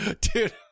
Dude